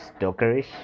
stalkerish